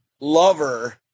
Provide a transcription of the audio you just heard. lover